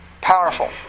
Powerful